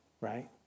right